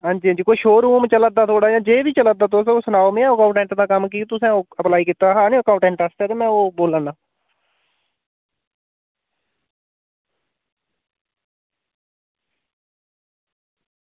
हां जी हां जी कोई शोरूम चला दा थोह्ड़ा जां जे बी चला दा तुस ओह् सनाओ में अकाउंटेंट ते कम्म लेई कि तुसें ओह् अप्लाई कीता हा नी अकाउंटेंट आस्तै ते में ओह् बोला ना